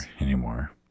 anymore